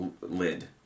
lid